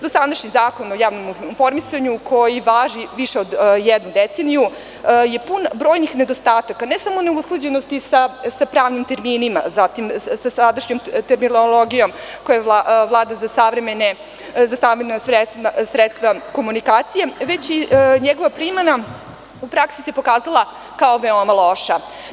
Dosadašnji Zakon o javnom informisanju koji važi više od jedne decenije je pun brojnih nedostataka, ne samo neusklađenosti sa pravnim terminima, zatim sa sadašnjom terminologijom koja vlada za savremena sredstva komunikacije, već njegova primena u praksi se pokazala kao veoma važno.